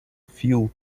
fuel